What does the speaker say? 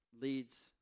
leads